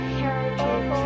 heritage